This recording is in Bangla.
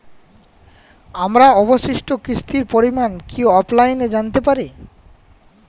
আমার অবশিষ্ট কিস্তির পরিমাণ কি অফলাইনে জানতে পারি?